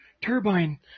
turbine